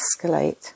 escalate